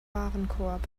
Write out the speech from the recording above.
warenkorb